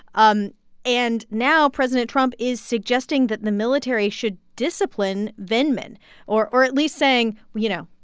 um and now president trump is suggesting that the military should discipline vindman or or at least saying, you know,